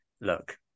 look